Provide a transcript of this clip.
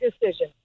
decision